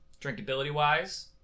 drinkability-wise